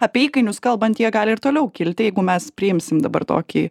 apie įkainius kalbant jie gali ir toliau kilti jeigu mes priimsim dabar tokį